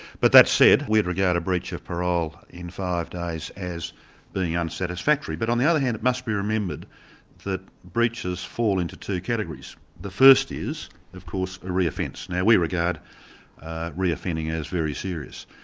but that said, we'd regard a breach of parole in five days as being unsatisfactory. but on the other hand it must be remembered that breaches fall into two categories the first is of course a re-offence. now we regard re-offending as very serious.